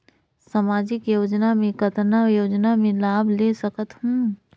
समाजिक योजना मे कतना योजना मे लाभ ले सकत हूं?